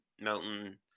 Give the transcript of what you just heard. Melton